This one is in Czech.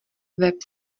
web